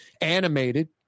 animated